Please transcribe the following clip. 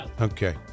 Okay